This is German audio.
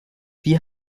wie